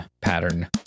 pattern